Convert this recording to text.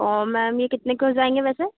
तो मैम यह कितने के हो जाएँगे वैसे